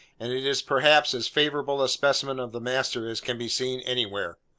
and it is, perhaps, as favourable a specimen of the master as can be seen anywhere.